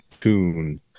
tune